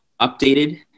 updated